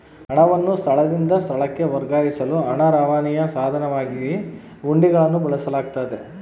ಹಣವನ್ನು ಸ್ಥಳದಿಂದ ಸ್ಥಳಕ್ಕೆ ವರ್ಗಾಯಿಸಲು ಹಣ ರವಾನೆಯ ಸಾಧನವಾಗಿ ಹುಂಡಿಗಳನ್ನು ಬಳಸಲಾಗ್ತತೆ